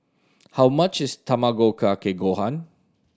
how much is Tamago Kake Gohan